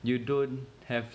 you don't have